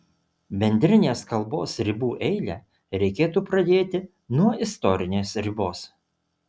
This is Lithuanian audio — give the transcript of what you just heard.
bendrinės kalbos ribų eilę reikėtų pradėti nuo istorinės ribos